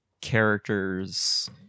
characters